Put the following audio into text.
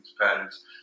patterns